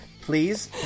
please